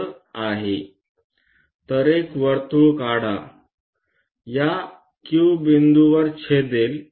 तर एक वर्तुळ काढा या Q बिंदूवर छेदेल